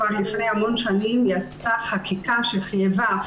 לפני המון שנים יצאה חקיקה שחייבה את